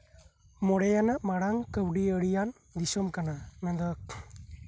ᱢᱚᱬᱮᱭᱟᱱᱟᱜ ᱢᱟᱨᱟᱝ ᱠᱟᱹᱣᱰᱤᱭᱟᱨᱤᱭᱟᱹ ᱫᱤᱥᱚᱢ ᱠᱟᱱᱟ ᱢᱮᱱᱫᱚ